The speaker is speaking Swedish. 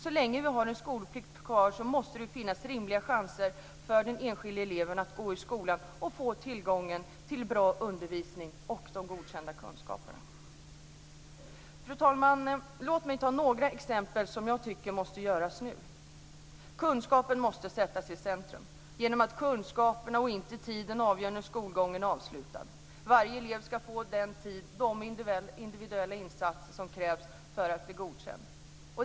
Så länge vi har kvar skolplikten måste det finnas rimliga chanser för den enskilde eleven att gå i skola och få tillgång till bra undervisning och godkända kunskaper. Fru talman! Låt mig ta några exempel på vad jag tycker måste göras nu. Kunskapen måste sättas i centrum genom att kunskaperna, inte tiden, avgör när skolgången är avslutad. Varje elev ska få den tid och de individuella insatser som krävs för att bli godkänd.